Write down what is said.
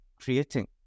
creating